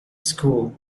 school